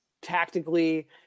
tactically